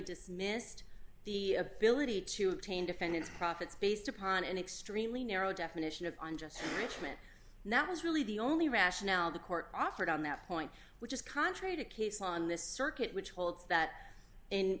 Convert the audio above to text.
dismissed the ability to obtain defend its profits based upon an extremely narrow definition of unjust enrichment and that was really the only rationale the court offered on that point which is contrary to case law on this circuit which holds that in